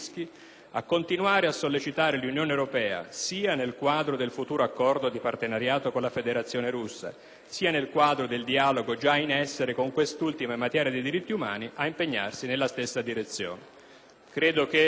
a continuare a sollecitare l'Unione europea, sia nel quadro del futuro accordo di partenariato con la Federazione russa, sia nel quadro del dialogo già in essere con quest'ultima in materia di diritti umani, a impegnarsi nella stessa direzione».